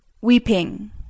weeping